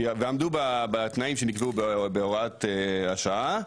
ועמדו בתנאים שנקבעו בהוראת השעה,